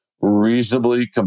reasonably